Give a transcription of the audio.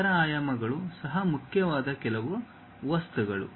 ಇತರ ಆಯಾಮಗಳು ಸಹ ಮುಖ್ಯವಾದ ಕೆಲವು ವಸ್ತುಗಳು